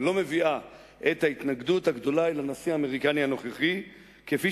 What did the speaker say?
לא מביאה את ההתנגדות הגדולה אל הנשיא האמריקני הנוכחי כפי